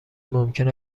ممکن